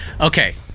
Okay